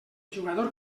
jugador